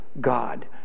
God